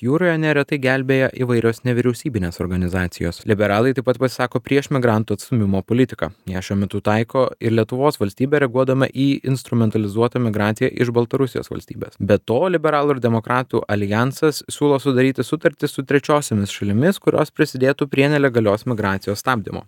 jūroje neretai gelbėja įvairios nevyriausybinės organizacijos liberalai taip pat pasisako prieš migrantų atstūmimo politiką ją šiuo metu taiko ir lietuvos valstybė reaguodama į instrumentalizuotą migraciją iš baltarusijos valstybės be to liberalų ir demokratų aljansas siūlo sudaryti sutartį su trečiosiomis šalimis kurios prisidėtų prie nelegalios migracijos stabdymo